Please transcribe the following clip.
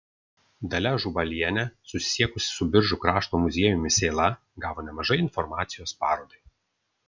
dalia ažubalienė susisiekusi su biržų krašto muziejumi sėla gavo nemažai informacijos parodai